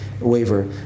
waiver